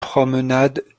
promenade